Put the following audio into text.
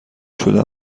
شده